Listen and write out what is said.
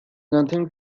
nothing